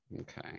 Okay